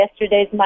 yesterday's